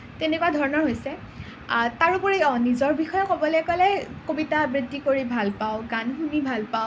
তেনেকুৱা ধৰণৰ হৈছে তাৰোপৰি অঁ নিজৰ বিষয়ে ক'বলৈ ক'লে কবিতা আবৃত্তি কৰি ভাল পাওঁ গান শুনি ভাল পাওঁ